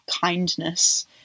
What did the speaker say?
kindness